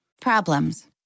Problems